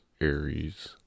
Aries